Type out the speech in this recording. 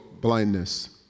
blindness